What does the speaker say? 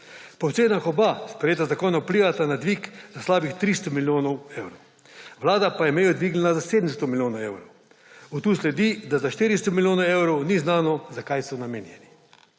Po ocenah oba sprejeta zakona vplivata na dvig za slabih 300 milijonov evrov. Vlada pa je mejo dvignila za 700 milijonov evrov. Od tukaj sledi, da za 400 milijonov evrov ni znano zakaj so namenjeni.